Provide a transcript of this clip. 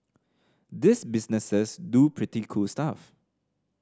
these businesses do pretty cool stuff